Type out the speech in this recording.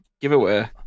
giveaway